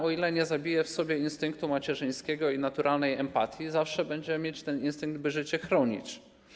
Kobieta, o ile nie zabije w sobie instynktu macierzyńskiego i naturalnej empatii, zawsze będzie mieć ten instynkt, by życie chronić.